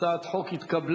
הצעת החוק התקבלה,